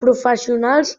professionals